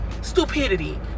stupidity